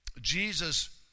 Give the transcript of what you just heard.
Jesus